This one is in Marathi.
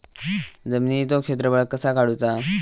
जमिनीचो क्षेत्रफळ कसा काढुचा?